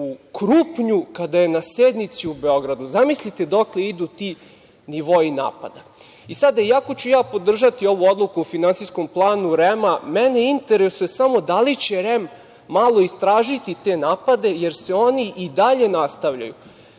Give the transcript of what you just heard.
u Krupnju kada je na sednici u Beogradu?" Zamislite dokle idu ti nivoi napada. Sada, iako ću ja podržati ovu odluku o finansijskom planu REM, mene interesuje samo da li će REM malo istražiti te napade jer se oni i dalje nastavljaju?